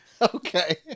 Okay